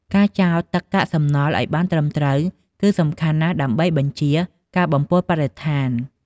ការចោលទឹកកាកសំណល់ឲ្យបានត្រឹមត្រូវគឺសំខាន់ណាស់ដើម្បីបញ្ចៀសការបំពុលបរិស្ថាន។